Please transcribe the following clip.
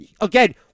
Again